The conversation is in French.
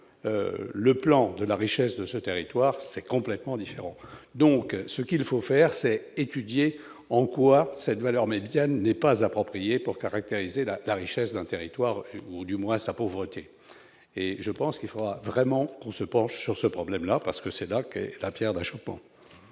le plan de la richesse de ce territoire, c'est complètement différent, donc ce qu'il faut faire c'est étudier en quartz cette valeur, même si elle n'est pas approprié pour caractériser la la richesse d'un territoire ou du moins sa pauvreté et je pense qu'il faudra vraiment qu'on se penche sur ce problème-là parce que c'est là que la Pierre d'achoppement.